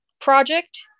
project